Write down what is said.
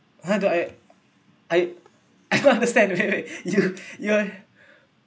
ha do I I I not understand wait wait you you